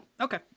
Okay